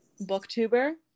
booktuber